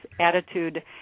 Attitude